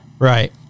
Right